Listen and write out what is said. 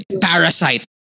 parasite